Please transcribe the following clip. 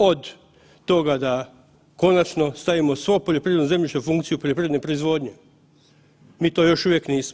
Od toga da konačno stavimo svo poljoprivredno zemljište u funkciju poljoprivredne proizvodnje, mi to još uvijek nismo.